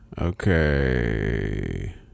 Okay